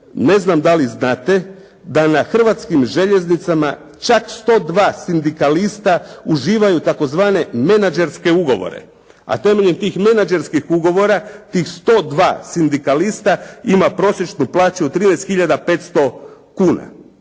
Ne znam da li znate da na Hrvatskim željeznicama čak 102 sindikalista uživaju tzv. menadžerske ugovore, a temeljem tih menadžerskih ugovora, tih 102 sindikalista ima prosječnu plaću od 13